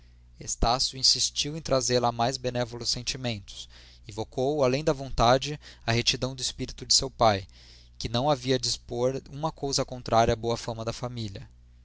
estácio insistiu em trazê-la a mais benévolos sentimentos invocou além da vontade a retidão do espírito de seu pai que não havia dispor uma coisa contrária à boa fama da família